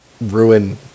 ruin